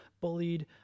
bullied